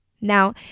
Now